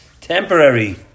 temporary